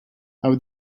how